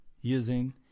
using